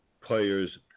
players